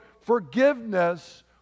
forgiveness